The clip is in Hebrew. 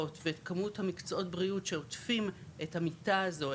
ואת כמות המקצועות בריאות שעוטפים את המיטה הזו,